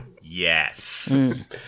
yes